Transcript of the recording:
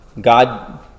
God